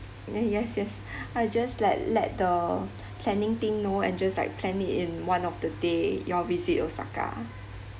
eh yes yes I just let let the planning team know and just like plan it in one of the day you all visit osaka